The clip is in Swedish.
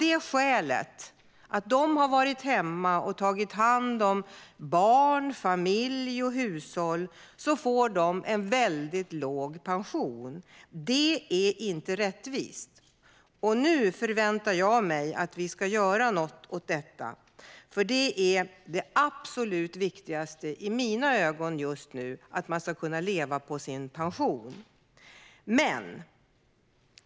Det beror på att de har varit hemma och tagit hand om barn, familj och hushåll. Därför får de en mycket låg pension. Det är inte rättvist. Nu förväntar jag mig att vi ska göra något åt detta. Det absolut viktigaste i mina ögon just nu är att man ska kunna leva på sin pension.